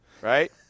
right